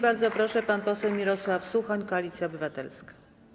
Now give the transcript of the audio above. Bardzo proszę, pan poseł Mirosław Suchoń, Koalicja Obywatelska.